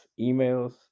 emails